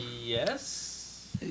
yes